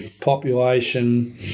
population